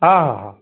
ହଁ ହଁ ହଁ